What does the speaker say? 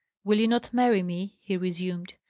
will you not marry me? he resumed.